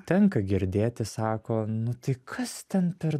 tenka girdėti sako nu tai kas ten per